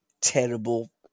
terrible